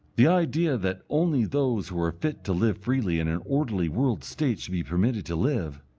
the idea that only those who are fit to live freely in an orderly world-state should be permitted to live,